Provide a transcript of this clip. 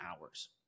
hours